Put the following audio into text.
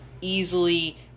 easily